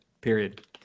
period